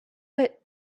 but